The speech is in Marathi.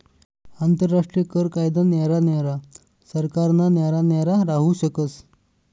आंतरराष्ट्रीय कर कायदा न्यारा न्यारा सरकारना न्यारा न्यारा राहू शकस